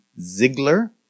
Ziegler